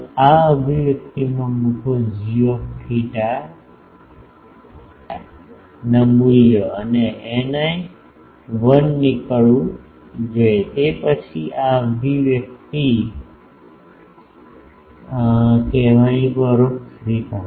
આ અભિવ્યક્તિમાં મૂકો g θ φ ના મૂલ્યો અને ηi 1 નીકળવું જોઈએ તે પછી આ અભિવ્યક્તિ કહેવાની પરોક્ષ રીત હશે